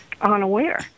unaware